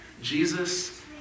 Jesus